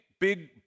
big